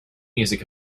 music